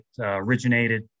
originated